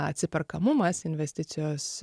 atsiperkamumas investicijos